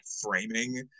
framing